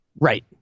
Right